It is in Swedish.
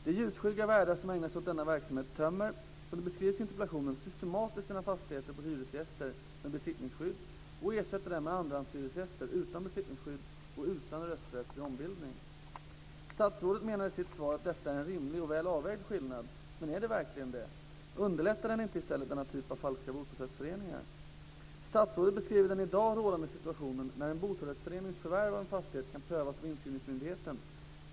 De ljusskygga värdar som ägnar sig åt denna verksamhet tömmer, som det beskrivs i interpellationen, systematiskt sina fastigheter på hyresgäster med besittningsskydd och ersätter dem med andrahandshyresgäster utan besittningsskydd och utan rösträtt vid ombildning. Statsrådet menar i sitt svar att detta är en rimlig och väl avvägd skillnad. Men är det verkligen det? Underlättar den inte i stället denna typ av falska bostadsrättsföreningar? Statsrådet beskriver den i dag rådande situationen när en bostadsrättsförenings förvärv av en fastighet kan prövas av inskrivningsmyndigheten.